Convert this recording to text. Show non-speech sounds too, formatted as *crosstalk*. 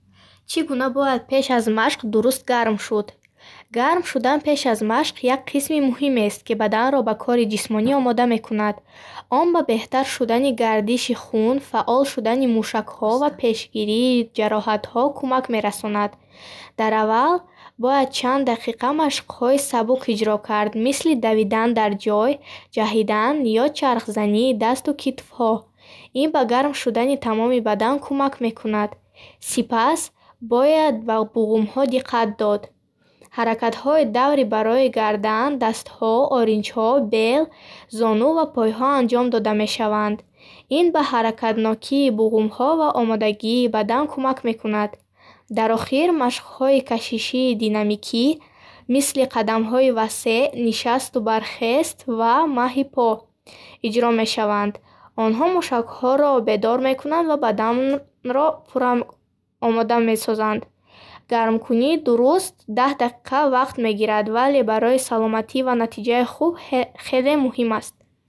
Чӣ гуна бояд пеш аз машқ дуруст гарм шуд. Гарм шудан пеш аз машқ як қисми муҳимест, ки баданро ба кори ҷисмонӣ омода мекунад. Он ба беҳтар шудани гардиши хун, фаъол шудани мушакҳо ва пешгирии ҷароҳатҳо кӯмак мерасонад. Дар аввал, бояд чанд дақиқа машқҳои сабук иҷро кард, мисли давидан дар ҷой, ҷаҳидан ё чархзании дасту китфҳо. Ин ба гарм шудани тамоми бадан кумак мекунад. Сипас, бояд ба буғумҳо диққат дод. Ҳаракатҳои даври барои гардан, дастҳо, оринҷҳо, бел, зону ва пойҳо анҷом дода мешаванд. Ин ба ҳаракатнокии буғумҳо ва омодагии бадан кӯмак мекунад. Дар охир, машқҳои кашишии динамикӣ, мисли қадамҳои васеъ, нишасту бархест ва маҳи по, иҷро мешаванд. Онҳо мушакҳоро бедор мекунанд ва баданро пурра омода месозанд. Гармкунии дуруст даҳ дақиқа вақт мегирад, вале барои саломатӣ ва натиҷаи хуб ҳе- *hesitation* хеле муҳим аст.